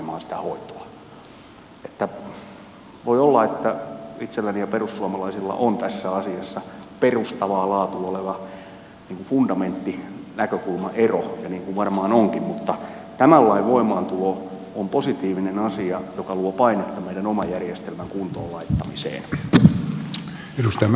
voi olla että itselläni ja perussuomalaisilla on tässä asiassa perustavaa laatua oleva fundamentaalinen näkökulmaero niin kuin varmaan onkin mutta tämän lain voimaantulo on positiivinen asia joka luo paineita meidän oman järjestelmän kuntoon laittamiseen